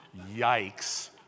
Yikes